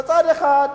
בצד אחד,